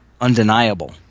undeniable